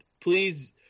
please